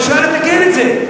אפשר לתקן את זה,